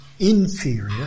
inferior